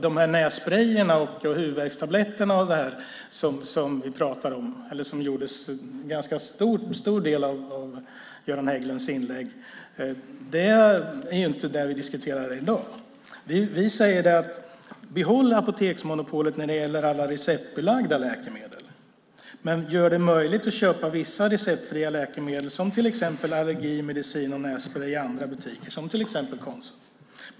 De nässprejer och huvudvärkstabletter som utgjorde en ganska stor del av Göran Hägglunds inlägg är inte vad vi i dag diskuterar. Vi säger att man ska behålla apoteksmonopolet när det gäller de receptbelagda läkemedlen men göra det möjligt att köpa vissa receptfria läkemedel, såsom allergimedicin och nässprej, i andra butiker, exempelvis Konsum.